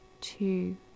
two